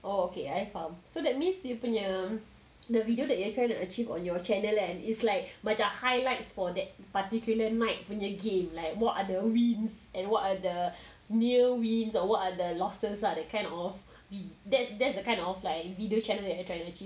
oh okay I faham so that means dia punya the video that you are trying to achieve or your channel kan it's like macam highlights for that particular night punya game like what other wins and what are the near wins what are the losses lah that kind of that's that's the kind of like video channel that you trying to achieve lah